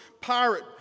Pirate